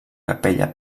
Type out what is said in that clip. capella